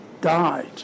died